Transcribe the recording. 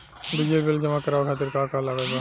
बिजली बिल जमा करावे खातिर का का लागत बा?